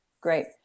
Great